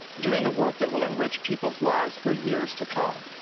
doing the work that will enrich people's lives for years to come.